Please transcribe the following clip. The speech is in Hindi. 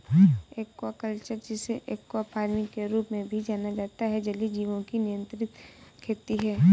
एक्वाकल्चर, जिसे एक्वा फार्मिंग के रूप में भी जाना जाता है, जलीय जीवों की नियंत्रित खेती है